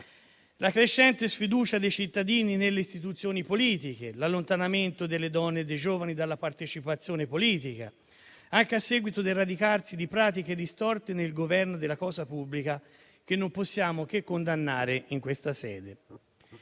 la crescente sfiducia dei cittadini nelle istituzioni politiche, l'allontanamento delle donne e dei giovani dalla partecipazione politica, anche a seguito del radicarsi di pratiche distorte nel governo della cosa pubblica, che non possiamo che condannare in questa sede.